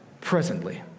Presently